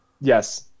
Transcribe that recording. yes